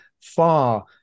far